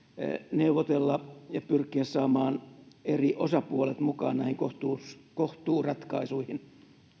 neuvotella ja pyrkiä saamaan eri osapuolet mukaan näihin kohtuuratkaisuihin